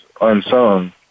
unsung